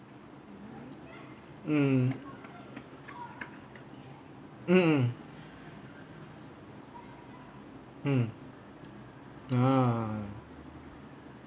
mm mm mm mm ah